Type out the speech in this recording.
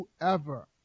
whoever